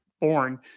born